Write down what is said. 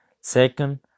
Second